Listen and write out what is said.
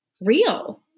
real